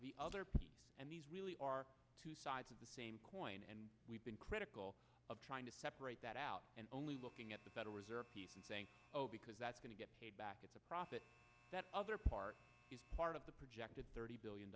the other and these really are two sides of the same coin and we've been critical of trying to separate that out and only looking at the federal reserve and saying oh because that's going to get paid back it's a profit that other part is part of the projected thirty billion